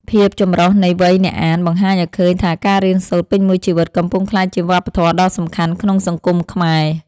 ភាពចម្រុះនៃវ័យអ្នកអាន បង្ហាញឱ្យឃើញថាការរៀនសូត្រពេញមួយជីវិត កំពុងក្លាយជាវប្បធម៌ដ៏សំខាន់ក្នុងសង្គមខ្មែរ។